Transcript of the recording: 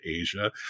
Asia